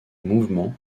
mouvements